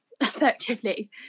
effectively